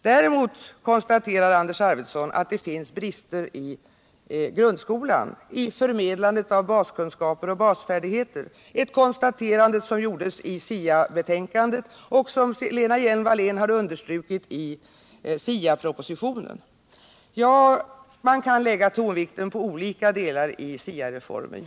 Däremot konstaterade Anders Arfwedson att det fanns brister i grundskolan, i förmedlandet av baskunskaper och basfärdigheter — ett konstaterande som gjordes i SIA betänkandet och som Lena Hjelm-Wallén hade understrukit i SIA propositionen. Man kan lägga tonvikten på olika delar av SIA-reformen.